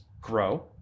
grow